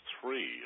three